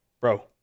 bro